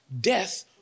death